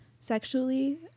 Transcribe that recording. sexually